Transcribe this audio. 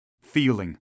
feeling